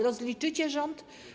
Rozliczycie rząd?